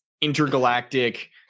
intergalactic